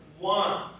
one